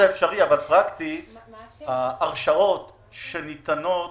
ההרשאות שניתנות